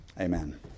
Amen